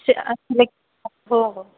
असं हो हो